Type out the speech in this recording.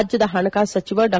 ರಾಜ್ಯದ ಹಣಕಾಸು ಸಚಿವ ಡಾ